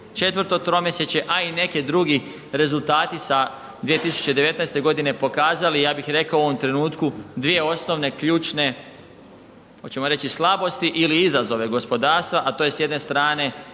i taj, 4 tromjesečje, a i neki drugi rezultati sa 2019. godine pokazali ja bih rekao u ovome trenutku dvije osnovne ključne, hoćemo reći slabosti ili izazove gospodarstva, a to je s jedne strane